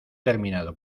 terminado